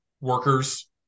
workers